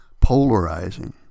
polarizing